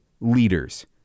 leaders